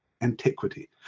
antiquity